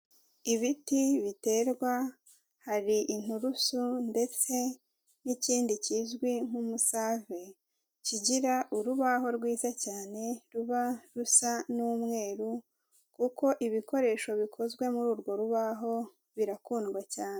Ibiti biterwa, hari inturusu ndetse n'ikindi kizwi nk'umusave, kigira urubaho rwiza cyane ruba rusa n'umweru, kuko ibikoresho bikozwe muri urwo rubaho birakundwa cyane.